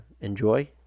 enjoy